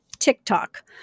TikTok